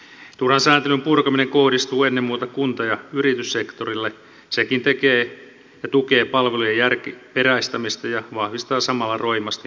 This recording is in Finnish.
turhan sääntelyn purkaminen kohdistuu ennen muuta kunta ja yrityssektorille sekin tukee palvelujen järkiperäistämistä ja vahvistaa samalla roimasti paikallista päätösvaltaa